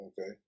Okay